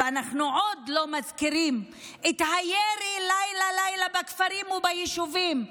ואנחנו עוד לא מזכירים את הירי לילה-לילה בכפרים וביישובים.